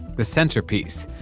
the centerpiece.